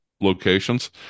locations